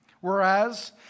Whereas